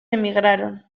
emigraron